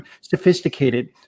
sophisticated